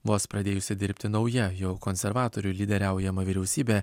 vos pradėjusi dirbti nauja jau konservatorių lyderiaujama vyriausybė